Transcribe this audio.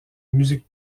musique